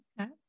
Okay